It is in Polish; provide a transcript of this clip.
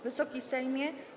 Wysoki Sejmie!